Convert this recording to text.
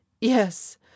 Yes